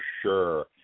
sure